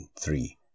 three